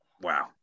Wow